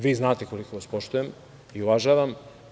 Vi znate koliko vas poštujem i uvažavam.